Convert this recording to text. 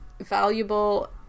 valuable